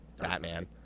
Batman